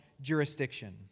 jurisdiction